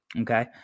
Okay